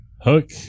Hook